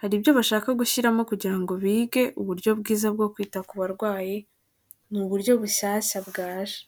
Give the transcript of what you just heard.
hari ibyo bashaka gushyiramo kugira ngo bige uburyo bwiza bwo kwita ku barwayi, ni buryo bushyashya bwaje.